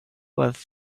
was